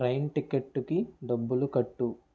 train టికెట్టుకి డబ్బులు కట్టు